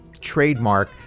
trademark